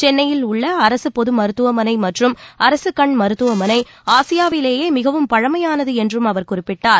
சென்னையில் உள்ள அரசு பொது மருத்துவமனை மற்றும் அரசு கண் மருத்துவமனை ஆசியாவிலேயே மிகவும் பழமையானது என்றும் அவர் குறிப்பிட்டார்